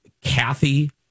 kathy